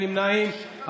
אין נמנעים.